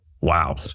Wow